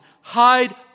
hide